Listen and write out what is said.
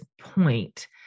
point